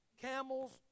Camels